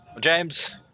James